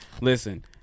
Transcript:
Listen